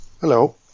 Hello